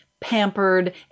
pampered